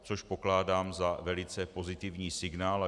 Což pokládám za velice pozitivní signál.